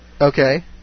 Okay